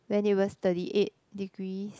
when it was thirty eight degrees